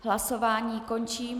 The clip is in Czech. Hlasování končím.